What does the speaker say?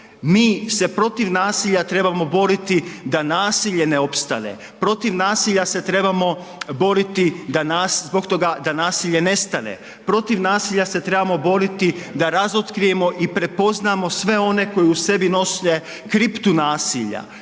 Mi se protiv nasilja trebamo boriti da nasilje ne opstane, protiv nasilja se trebamo boriti da nas, zbog toga da nasilje nestane, protiv nasilja se trebamo boriti da razotkrijemo i prepoznamo sve one koji u sebi nose kriptu nasilja,